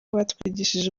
batwigishije